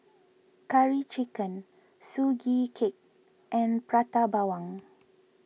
Curry Chicken Sugee Cake and Prata Bawang